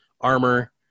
armor